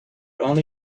only